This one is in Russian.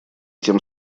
тем